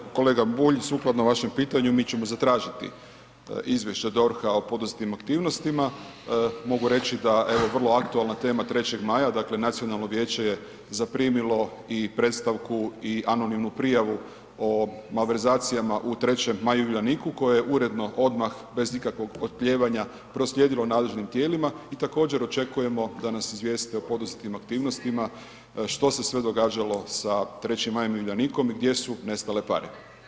Dakle, kolega Bulj, sukladno vašem pitanju, mi ćemo zatražiti izvješće DORH-a o poduzetim aktivnostima, mogu reći da evo, vrlo aktualna tema 3. Maja, dakle, nacionalno vijeće je zaprimilo i predstavku i anonimnu prijavu o malverzacijama u 3. Maju i Uljaniku koja je uredno odmah, bez ikakvog oklijevanja proslijedilo nadležnim tijelima i također očekujemo da nas izvijeste o poduzetim aktivnostima što se sve događalo sa 3. Majom i Uljanikom i gdje su nestale pare.